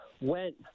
went